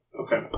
Okay